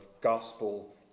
gospel